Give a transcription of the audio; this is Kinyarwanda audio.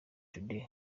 today